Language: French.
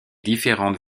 différentes